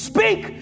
Speak